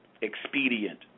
expedient